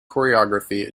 choreography